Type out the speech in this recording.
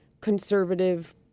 conservative